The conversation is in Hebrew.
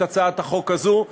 את הצעת החוק הזו.